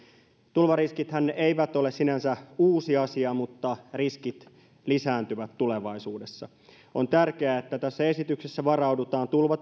tulvariskithän eivät ole sinänsä uusi asia mutta riskit lisääntyvät tulevaisuudessa on tärkeää että tässä esityksessä varaudutaan tulvatilanteiden